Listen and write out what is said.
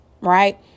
Right